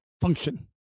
function